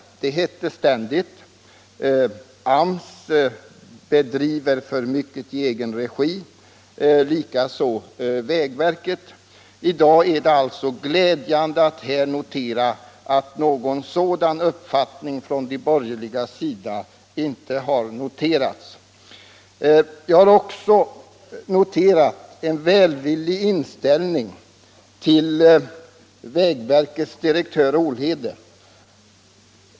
Det hette ständigt: AMS och vägverket bedriver för mycken verksamhet i egen regi. Det är därför glädjande att nu kunna konstatera att de borgerliga i dag inte framfört någon sådan uppfattning. Jag har också noterat en välvillig inställning till vägverkets generaldirektör Olhede.